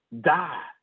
die